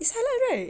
it's halal right